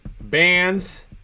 bands